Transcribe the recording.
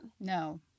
No